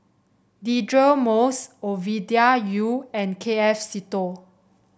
Deirdre Moss Ovidia Yu and K F Seetoh